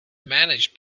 managed